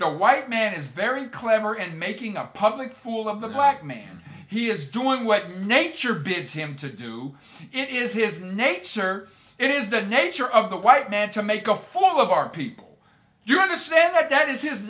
the white man is very clever and making a public fool of the right man he is doing what nature bids him to do it is his nature it is the nature of the white man to make a fool of our people you understand that that is his